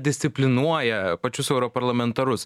disciplinuoja pačius europarlamentarus